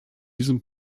diesem